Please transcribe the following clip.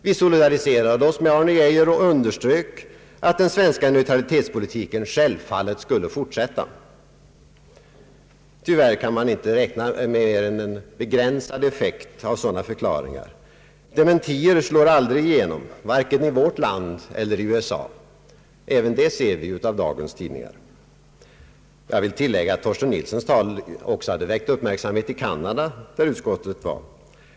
Vi solidariserade oss med Arne Geijer och underströk att den svenska neutralitetspolitiken självfallet skulle fortsätta. Tyvärr kan man inte räkna med mer än en begränsad effekt av sådana förklaringar. Dementier slår aldrig igenom vare sig i vårt land eller i USA; även det ser vi av dagens tidningar. Jag vill tillägga att Torsten Nilssons tal också hade väckt uppmärksamhet i Canada, där utskottet även varit.